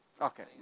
Okay